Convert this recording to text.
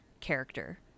character